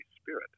Spirit